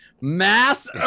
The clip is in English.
Mass